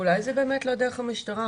ואולי זה באמת לא דרך המשטרה.